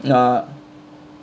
ah